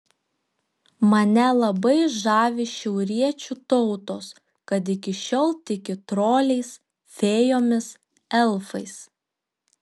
mane labai žavi šiauriečių tautos kad iki šiol tiki troliais fėjomis elfais